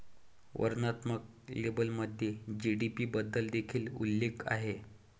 वर्णनात्मक लेबलमध्ये जी.डी.पी बद्दल देखील उल्लेख आहे